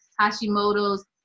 Hashimoto's